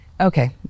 Okay